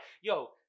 yo